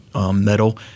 metal